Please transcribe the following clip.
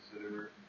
consider